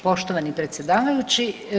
Poštovani predsjedavajući.